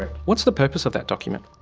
ah what's the purpose of that document?